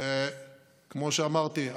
כמו שאמרתי,